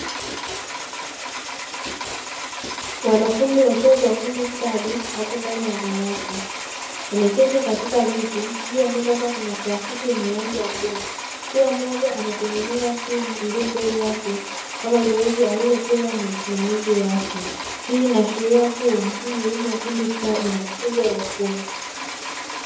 Wanafunzi wa chuo cha ufundi stadi wapo ndani ya darasa wameketi katika viti, juu ya meza kukiwa kuna plastiki yenye rangi ya bluu. Kila mmoja anatengeneza simu iliyo mbele yake kama zoezi alilopewa na msimamizi wake, hii inaashiria kuwa hii ni elimu ya ufundi stadi na mafunzo ya ufundi.